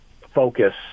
focus